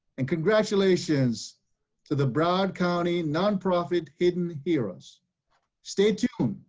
and congratulations to the broward county non-profit hidden heroes stay tuned